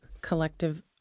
Collective